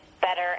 better